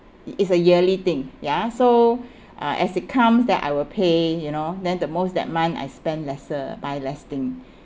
it is a yearly thing yeah so uh as it comes then I will pay you know then the most that month I spend lesser buy less thing